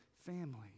family